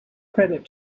credit